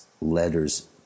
Letters